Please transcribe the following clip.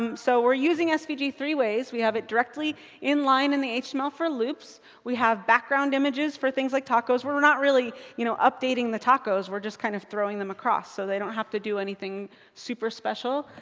um so we're using svg three ways. we have it directly inline in the html for loops. we have background images for things like tacos. but we're not really you know updating the tacos. we're just kind of throwing them across. so they don't have to do anything super special.